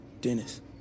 Dennis